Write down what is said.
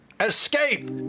Escape